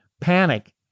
panic